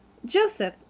joseph,